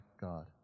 God